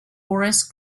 horace